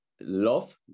love